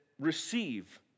receive